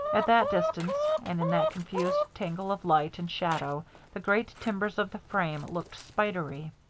at that distance and in that confused tangle of light and shadow the great timbers of the frame looked spidery.